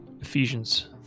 Ephesians